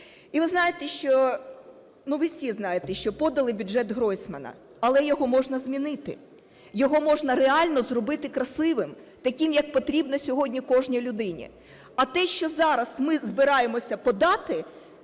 ви всі знаєте, що подали "бюджет Гройсмана". Але його можна змінити. Його можна реально зробити красивим, таким як потрібно сьогодні кожній людині. А те, що зараз ми збираємося подати